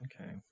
Okay